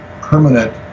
permanent